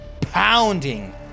pounding